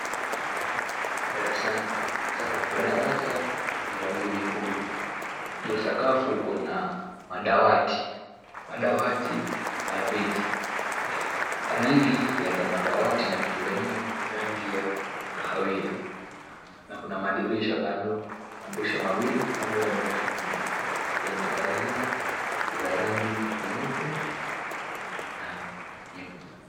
Darasani sakafu ya darasa ni ya rangi nyekundu. Juu ya sakafu kuna madawati, madawati na viti rangi ya madawati na viti vyenyewe ni rangi ya kahawia na kuna madirisha kando, madirisha mawili kando ya darasa lenye pazia za rangi nyeupe na nyekundu